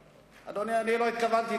אדוני, אני לא התכוונתי.